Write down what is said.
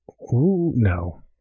No